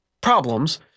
problems